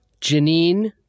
Janine